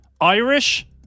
Irish